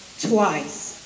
twice